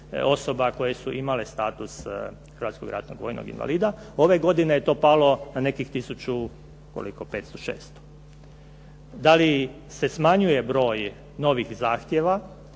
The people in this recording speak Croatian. osoba koje su imale status hrvatskog ratnog vojnog invalida. Ove godine je to palo na nekih tisuću, koliko, 500, 600. Da li se smanjuje broj novih zahtjeva